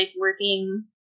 working